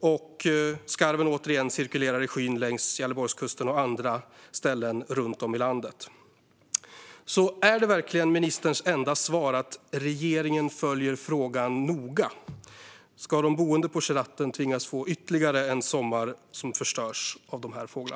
och skarven återigen cirklar i skyn längs Gävleborgskusten och på andra ställen runt om i landet. Är det verkligen ministerns enda svar att regeringen "följer frågan noga"? Ska de boende på Kjeratten tvingas få ytterligare en sommar förstörd av dessa fåglar?